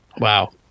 Wow